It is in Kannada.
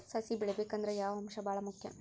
ಸಸಿ ಬೆಳಿಬೇಕಂದ್ರ ಯಾವ ಅಂಶ ಭಾಳ ಮುಖ್ಯ?